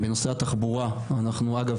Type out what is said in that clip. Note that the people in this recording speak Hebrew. בנושא התחבורה אנחנו אגב,